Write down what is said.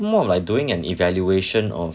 more like doing an evaluation of